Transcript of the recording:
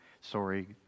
Sorry